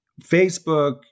Facebook